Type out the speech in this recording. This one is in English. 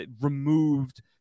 removed